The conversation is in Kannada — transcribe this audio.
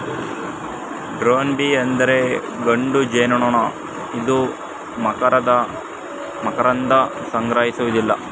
ಡ್ರೋನ್ ಬೀ ಅಂದರೆ ಗಂಡು ಜೇನುನೊಣ ಇದು ಮಕರಂದ ಸಂಗ್ರಹಿಸುವುದಿಲ್ಲ